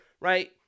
right